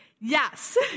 Yes